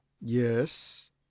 Yes